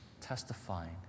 testifying